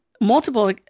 multiple